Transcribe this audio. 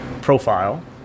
profile